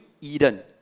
Eden